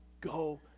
Go